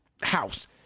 house